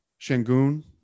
Shangoon